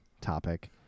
topic